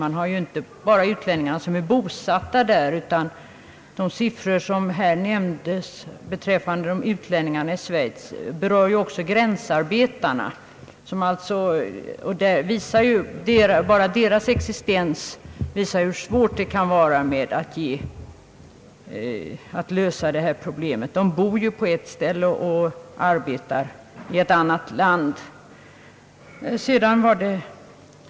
Man har inte bara utlänningar som är bosatta där, de siffror som här nämndes beträffande utlänningarna i Schweiz berör efter vad jag förstår också gränsarbetarna. De bor ju i ett land och arbetar i ett annat land.